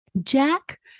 Jack